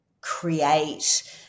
create